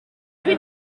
rue